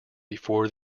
before